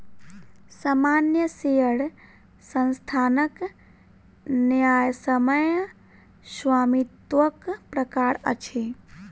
सामान्य शेयर संस्थानक न्यायसम्य स्वामित्वक प्रकार अछि